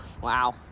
wow